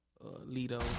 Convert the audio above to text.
Lido